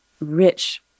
rich